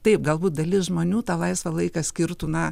taip galbūt dalis žmonių tą laisvą laiką skirtų na